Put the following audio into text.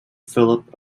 philip